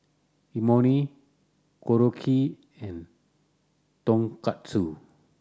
Imoni Korokke and Tonkatsu